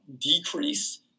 decrease